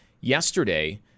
yesterday